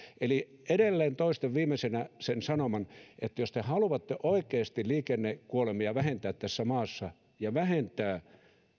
eli edelleen toistan viimeisenä sen sanoman että jos te haluatte oikeasti liikennekuolemia vähentää tässä maassa ja vähentää